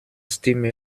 stimme